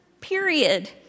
period